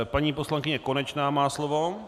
Paní poslankyně Konečná má slovo.